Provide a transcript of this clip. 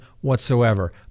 whatsoever